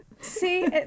See